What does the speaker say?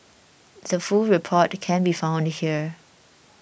the full report can be found here